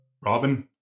Robin